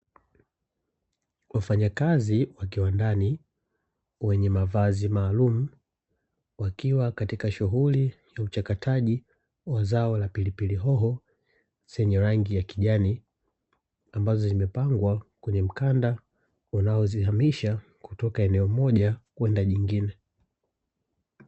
Wafanyakazi wakiwa ndani, wenye mavazi maalumu, wakiwa katika shughuli ya uchakataji wa zao la pilipili hoho zenye rangi ya kijani, ambazo zimepangwa kwenye mikanda, wanaozihamisha kutoka eneo moja kwenda jingine.